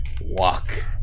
walk